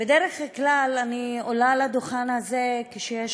בדרך כלל אני עולה לדוכן הזה כשיש